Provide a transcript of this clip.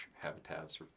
habitats